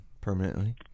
Permanently